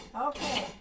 okay